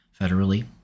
Federally